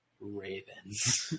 Ravens